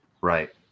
Right